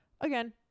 again